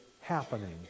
happening